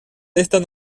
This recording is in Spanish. estar